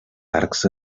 arcs